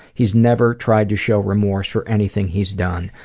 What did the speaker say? he's never tried to show remorse for anything he's done.